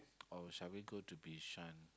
or shall we go to Bishan